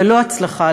בלא הצלחה,